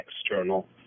external